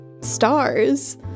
stars